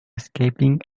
escaping